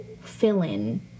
fill-in